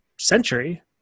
century